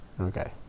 Okay